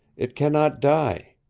it cannot die.